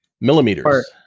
Millimeters